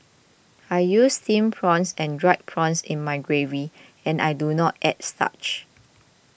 I use Steamed Prawns and Dried Prawns in my gravy and I do not add starch